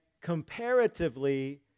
comparatively